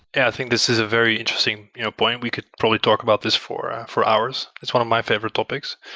i think this is a very interesting you know point. we could probably talk about this for for hours. it's one of my favorite topics.